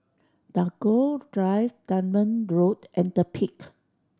Tagore Drive Dunman Road and The Peak